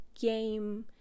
game